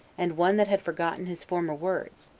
and one that had forgotten his former words,